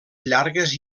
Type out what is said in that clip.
llargues